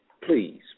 please